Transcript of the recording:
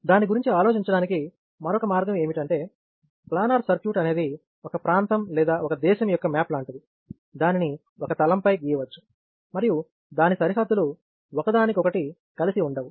దాని గురించి ఆలోచించడానికి మరొక మార్గం ఏమిటంటే ప్లానార్ సర్క్యూట్ అనేది ఒక ప్రాంతం లేదా దేశం యొక్క మ్యాప్ లాంటిది దానిని ఒక తలం పై గీయవచ్చు మరియు దాని సరిహద్దులు ఒకదానికొకటి కలిసి ఉండవు